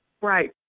right